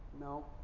No